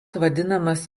vadinamas